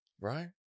right